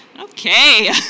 Okay